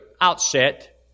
outset